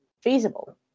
feasible